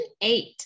eight